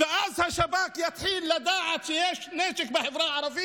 ואז השב"כ יתחיל לדעת שיש נשק בחברה הערבית,